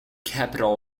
capital